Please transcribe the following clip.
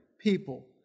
people